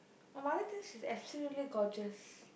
my mother thinks she's absolutely gorgeous